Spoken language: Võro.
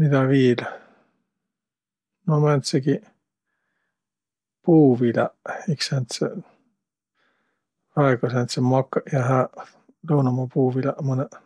Midä viil? No määntsegiq puuviläq iks sääntseq, väega sääntseq makõq ja hääq, lõunõmaa puuviläq mõnõq.